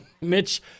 Mitch